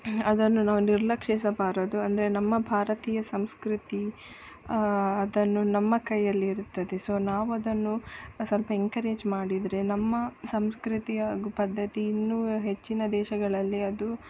ಅದನ್ನು ನಾವು ನಿರ್ಲಕ್ಷಿಸಬಾರದು ಅಂದರೆ ನಮ್ಮ ಭಾರತೀಯ ಸಂಸ್ಕೃತಿ ಅದನ್ನು ನಮ್ಮ ಕೈಯಲ್ಲಿರುತ್ತದೆ ಸೊ ನಾವದನ್ನು ಸ್ವಲ್ಪ ಎನ್ಕರೇಜ್ ಮಾಡಿದರೆ ನಮ್ಮ ಸಂಸ್ಕೃತಿ ಹಾಗೂ ಪದ್ಧತಿ ಇನ್ನು ಹೆಚ್ಚಿನ ದೇಶಗಳಲ್ಲಿ ಅದು